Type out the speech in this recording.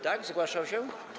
Tak, zgłaszał się?